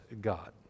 God